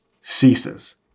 ceases